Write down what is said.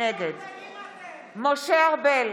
נגד משה ארבל,